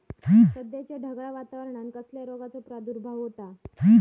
सध्याच्या ढगाळ वातावरणान कसल्या रोगाचो प्रादुर्भाव होता?